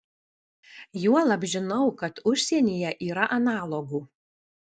juolab žinau kad užsienyje yra analogų